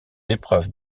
épreuves